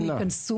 הם יכנסו.